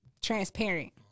transparent